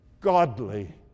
godly